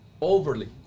Overly